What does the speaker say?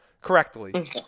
correctly